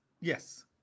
Yes